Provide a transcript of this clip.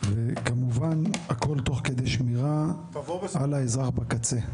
וכמובן הכול תוך כדי שמירה על האזרח בקצה.